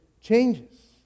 changes